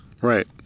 Right